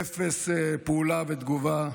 ואפס פעולה ותגובה.